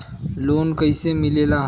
Loan कईसे मिलेला?